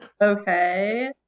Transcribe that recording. Okay